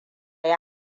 yi